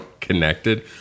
connected